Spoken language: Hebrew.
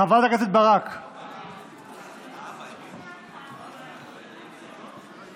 ובכלל זה ביחס להגנות הכלכליות הניתנות